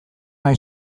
nahi